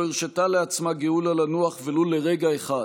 לא הרשתה לעצמה גאולה לנוח ולו לרגע אחד,